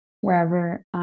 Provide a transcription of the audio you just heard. wherever